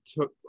took